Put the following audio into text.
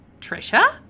Trisha